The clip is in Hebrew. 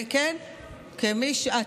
יש.